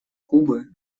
кубы